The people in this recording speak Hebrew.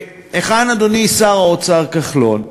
היכן אדוני שר האוצר, כחלון?